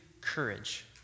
courage